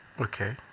Okay